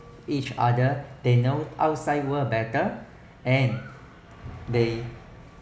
each other they know outside world better and they